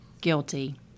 guilty